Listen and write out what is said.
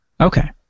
Okay